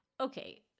Okay